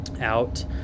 out